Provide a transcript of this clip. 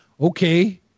Okay